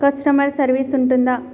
Customer service ఉంటుందా?